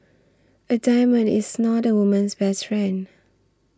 a diamond is not a woman's best friend